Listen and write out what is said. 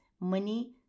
money